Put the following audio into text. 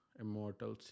immortal